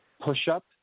push-up